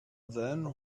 then